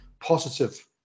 positive